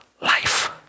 life